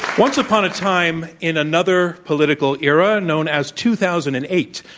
once upon a time in another political era known as two thousand and eight,